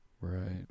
Right